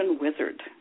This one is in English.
wizard